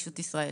אותם.